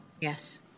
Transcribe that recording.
Yes